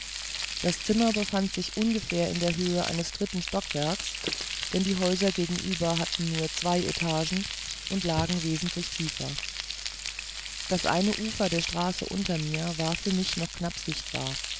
das zimmer befand sich ungefähr in der höhe eines dritten stockwerks denn die häuser gegenüber hatten nur zwei etagen und lagen wesentlich tiefer das eine ufer der straße unten war für mich noch knapp sichtbar